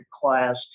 class